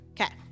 Okay